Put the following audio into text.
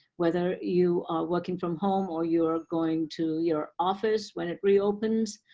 whether you are working from home or you are going to your office when it reopens.